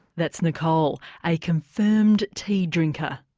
that's nicole, a confirmed tea drinker.